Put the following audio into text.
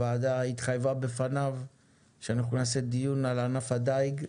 הוועדה התחייבה בפניו שאנחנו נערוך דיון על ענף הדיג,